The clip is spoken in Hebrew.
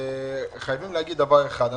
חייבים להגיד דבר אחד.